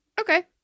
Okay